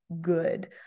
good